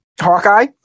Hawkeye